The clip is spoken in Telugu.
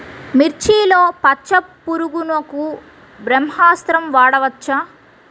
మిర్చిలో పచ్చ పురుగునకు బ్రహ్మాస్త్రం వాడవచ్చా?